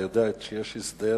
אתה יודע שיש הסדר